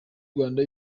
rwanda